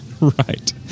Right